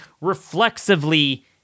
reflexively